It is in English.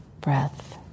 breath